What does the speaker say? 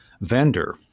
vendor